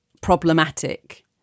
Problematic